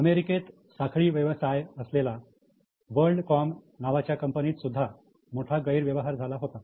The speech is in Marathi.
अमेरिकेत साखळी व्यवसाय असलेल्या 'वर्ल्ड कॉम' नावाच्या कंपनीत सुधा मोठा गैरव्यवहार झाला होता